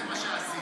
זה מה שעשיתם.